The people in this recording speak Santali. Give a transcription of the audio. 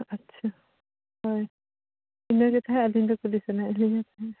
ᱟᱪᱪᱷᱟ ᱦᱳᱭ ᱤᱱᱟᱹᱜᱮ ᱛᱟᱦᱮᱸᱫ ᱟᱹᱵᱤᱱ ᱫᱚ ᱠᱩᱞᱤ ᱥᱟᱱᱟᱭᱮᱫ ᱞᱤᱧᱟᱹ